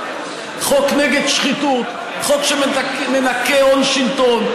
זה חוק נגד שחיתות, חוק שמנקה הון שלטון.